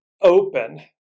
open